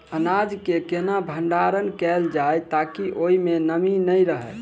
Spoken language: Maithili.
अनाज केँ केना भण्डारण कैल जाए ताकि ओई मै नमी नै रहै?